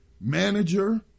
manager